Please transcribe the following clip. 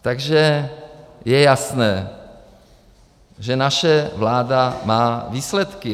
Takže je jasné, že naše vláda má výsledky.